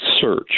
search